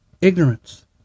Ignorance